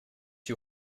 too